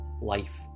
life